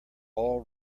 all